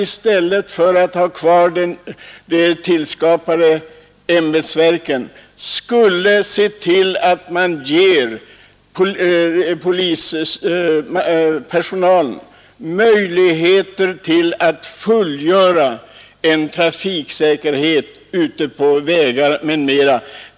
I stället för att ha kvar de tillskapade ämbetsverken borde man ge polispersonalen möjligheter att fullgöra ett trafiksäkerhetsarbete ute på vägarna.